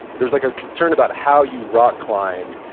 there's like a concern about how you rock climbed,